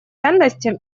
ценностям